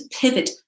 pivot